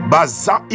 Baza